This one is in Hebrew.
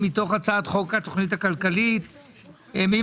י מתוך הצעת חוק התוכנית הכלכלית (תיקוני חקיקה